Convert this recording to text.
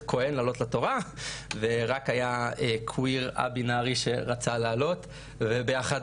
כהן להעלות לתורה והיה שם רק קוויר א-בינארי שרצה לעלות וביחד